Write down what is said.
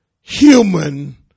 human